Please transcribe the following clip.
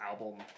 album